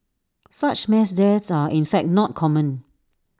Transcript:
such mass deaths are in fact not common